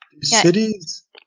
Cities